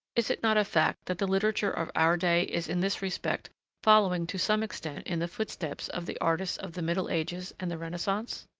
is it not a fact that the literature of our day is in this respect following to some extent in the footsteps of the artists of the middle ages and the renaissance?